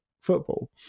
football